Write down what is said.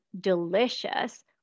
delicious